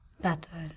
battle